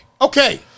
Okay